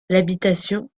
l’habitation